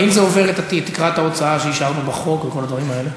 ומה אם זה עובר את תקרת ההוצאה שאישרנו בחוק וכל הדברים האלה?